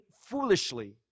foolishly